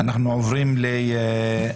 צאו לדרך.